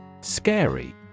Scary